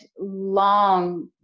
long